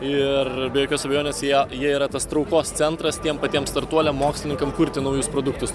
ir be jokios abejonės jie jie yra tas traukos centras tiem patiem startuoliam mokslininkam kurti naujus produktus